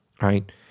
right